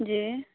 جی